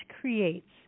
creates